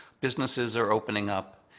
businesses are opening up.